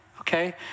Okay